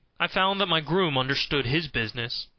i found that my groom understood his business.